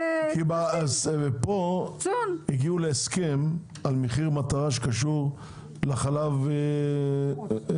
הגיעו פה להסכם על מחיר מטרה שקשור לחלב פרות,